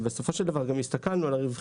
ובסופו של דבר גם הסתכלנו על הרווחיות.